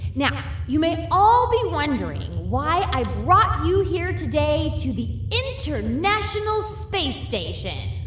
now, you may all be wondering why i brought you here today to the international space station.